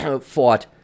fought